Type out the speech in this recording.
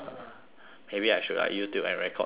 maybe I should like youtube and record somebody else